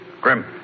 Grim